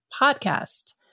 Podcast